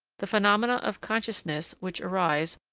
the phenomena of consciousness which arise,